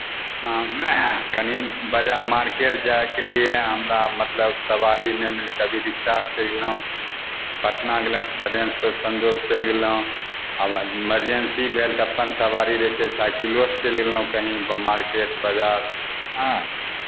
हँ कनि बजा मारकेट जायके लिए हमरा मतलब सवारी नहि मिलय कभी रिक्शासँ चलि गेलहुँ पटना गेलहुँ तऽ ट्रेनसँ सञ्जोग चलि गेलहुँ आब इमरजेंसी भेल तऽ अपन सवारी रहै छै साइकिलोसँ चलि गेलहुँ कहीँ ब मारकेट बाजार हँ